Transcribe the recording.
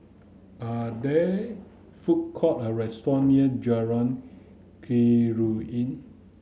are there food court or restaurant near Jalan Keruing